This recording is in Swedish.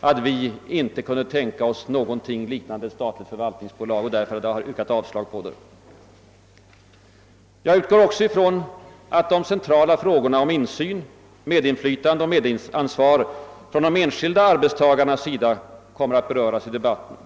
att vi inte kunde tänka oss någonting i stil med ett statligt förvaltningsbolag och därför har yrkat avslag på förslaget härom. Jag utgår också från att de centrala frågorna om insyn, medinflytande och medansvar från de enskilda arbetstagarnas sida kommer att beröras i debatten.